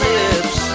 lips